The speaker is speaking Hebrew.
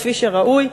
כפי שראוי.